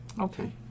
okay